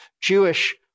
Jewish